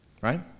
right